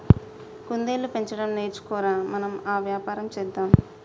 కుందేళ్లు పెంచడం నేర్చుకో ర, మనం ఆ వ్యాపారం చేద్దాం